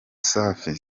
safi